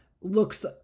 looks